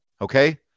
Okay